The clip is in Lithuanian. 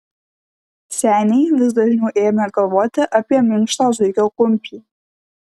seniai vis dažniau ėmė galvoti apie minkštą zuikio kumpį